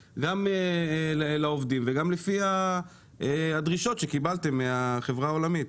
לעובדים ולפי הדרישות שקיבלתם מהחברה העולמית?